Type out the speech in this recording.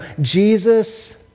Jesus